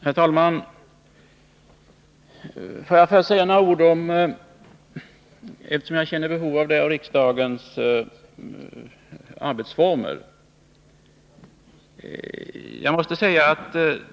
Herr talman! Jag känner behov av att först säga några ord om riksdagens arbetsformer.